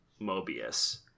Mobius